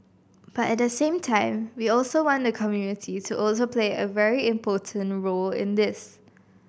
but at the same time we also want the community to also play a very important role in this